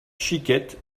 chiquette